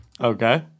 Okay